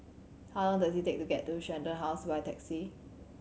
how long does it take to get to Shenton House by taxi